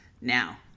Now